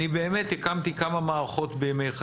אני באמת הקמתי כמה מערכות בימי חיי.